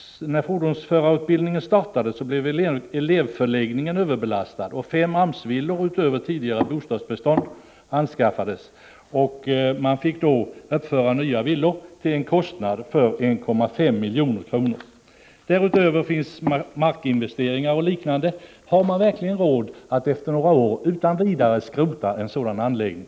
När fordonsförarutbildningen startade blev elevförläggningen överbelastad, och fem AMS-villor utöver tidigare bostadsbestånd anskaffades till en kostnad av 1,5 milj.kr. Därutöver gjordes markinvesteringar och liknande. Har man verkligen råd att efter några år utan vidare skrota en sådan anläggning?